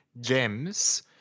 gems